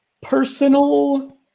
personal